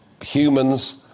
humans